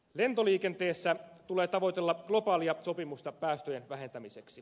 lentoliikenteessä tulee tavoitella globaalia sopimusta päästöjen vähentämiseksi